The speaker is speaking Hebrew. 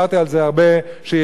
שיתומים מגיל 18,